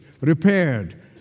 repaired